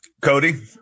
Cody